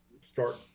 start